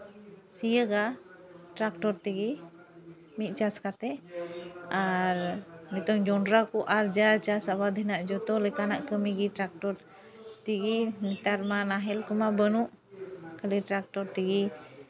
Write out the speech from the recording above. ᱥᱤᱭᱳᱜᱟ tractor ᱛᱮᱜᱮ ᱢᱤᱫ ᱪᱟᱥ ᱠᱟᱛᱮᱫ ᱟᱨ ᱱᱤᱛᱚᱝ ᱡᱚᱱᱰᱨᱟ ᱠᱚ ᱟᱨᱡᱟᱣ ᱪᱟᱥ ᱟᱵᱟᱫ ᱦᱮᱱᱟᱜ ᱡᱚᱛᱚ ᱞᱮᱠᱟᱱᱟᱜ ᱠᱟᱹᱢᱤ ᱜᱮ ᱴᱨᱟᱠᱴᱚᱨ ᱛᱮᱜᱮ ᱱᱮᱛᱟᱨ ᱢᱟ ᱱᱟᱦᱮᱞ ᱠᱚᱢᱟ ᱵᱟᱹᱱᱩᱜ ᱠᱷᱟᱹᱞᱤ ᱴᱨᱟᱠᱴᱚᱨ ᱛᱮᱜᱮ